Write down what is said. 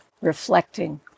reflecting